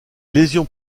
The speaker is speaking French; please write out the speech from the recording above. lésions